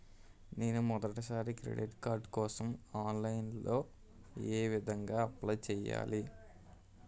నేను మొదటిసారి credit card కోసం ఆన్లైన్ లో ఏ విధంగా అప్లై చేయాలి?